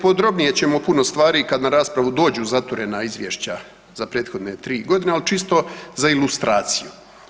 Podrobnije ćemo puno stvari kad na raspravu dođu zaturena Izvješća za prethodne tri godine, ali čisto za ilustraciju.